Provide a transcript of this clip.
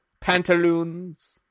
pantaloons